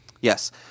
yes